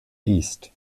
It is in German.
east